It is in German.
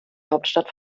hauptstadt